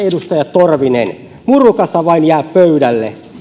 edustaja torvinen murukasa vain jää pöydälle